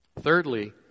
Thirdly